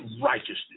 righteousness